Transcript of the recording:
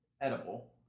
edible